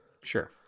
sure